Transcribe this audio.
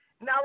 Now